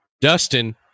Dustin